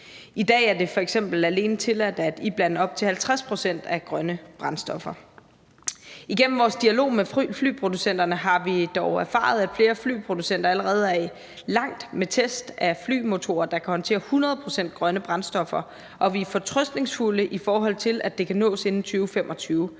I dag er det f.eks. alene tilladt at iblande op til 50 pct. grønne brændstoffer. Igennem vores dialog med flyproducenterne har vi dog erfaret, at flere flyproducenter allerede er nået langt med test af flymotorer, der kan håndtere 100 pct. grønne brændstoffer, og vi er fortrøstningsfulde i forhold til, at det kan nås inden 2025.